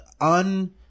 Un